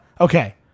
okay